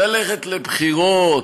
ללכת לבחירות.